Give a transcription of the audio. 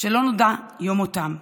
שלא נודע יום מותם.